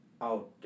out